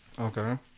Okay